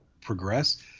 progress